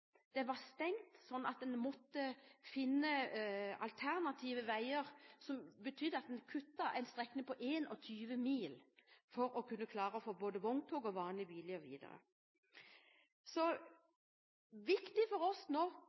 var stengt sånn at en måtte finne alternative veier, som betydde at en kuttet en strekning på 21 mil for å kunne klare å få både vogntog og vanlige biler videre. Det som er viktig for oss nå,